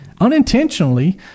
Unintentionally